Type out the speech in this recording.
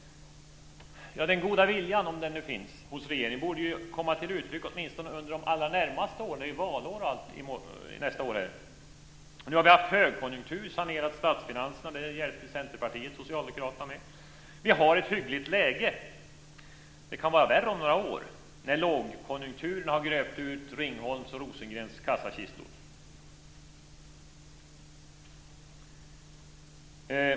Den goda viljan hos regeringen, om den nu finns, borde åtminstone komma till uttryck under de allra närmaste åren. Det är ju valår nästa år. Nu har vi haft högkonjunktur och sanerat statsfinanserna. Det hjälpte Centerpartiet Socialdemokraterna med. Vi har ett hyggligt läge. Det kan vara värre om några år när lågkonjunkturen har gröpt ur Ringholms och Rosengrens kassakistor.